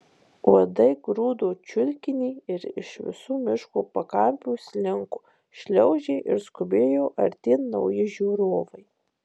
uodai grūdo čiulkinį ir iš visų miško pakampių slinko šliaužė ir skubėjo artyn nauji žiūrovai